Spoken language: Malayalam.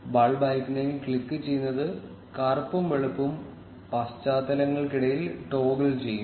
ബൾബ് ഐക്കണിൽ ക്ലിക്കുചെയ്യുന്നത് കറുപ്പും വെളുപ്പും പശ്ചാത്തലങ്ങൾക്കിടയിൽ ടോഗിൾ ചെയ്യും